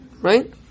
Right